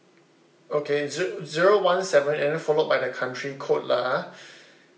okay ze~ zero one seven and then followed by the country code lah ah